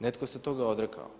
Netko se toga odrekao.